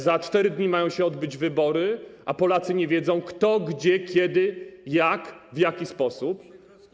Za 4 dni mają się odbyć wybory, a Polacy nie wiedzą, kto, gdzie, kiedy, jak, w jaki sposób.